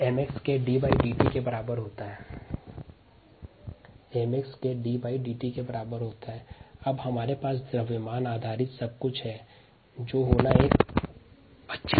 rdVdmxdt अब हमारे पास सभी गणना द्रव्यमान पर आधारित है